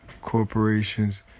corporations